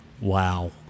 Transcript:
Wow